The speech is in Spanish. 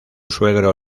suegro